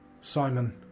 Simon